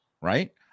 Right